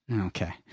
Okay